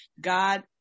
God